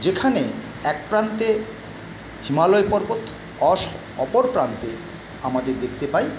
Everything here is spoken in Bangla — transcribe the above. যেখানে এক প্রান্তে হিমালয় পর্বত অপর প্রান্তে আমাদের দেখতে পাই